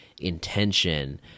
intention